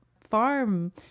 farm